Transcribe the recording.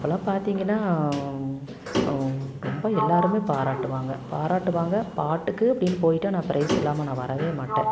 அப்போலாம் பார்த்திங்கன்னா ரொம்ப எல்லாருமே பாராட்டுவாங்க பாராட்டுவாங்க பாட்டுக்கு அப்படினு போய்விட்டா நான் ப்ரைஸ் இல்லாம நான் வரவே மாட்டேன்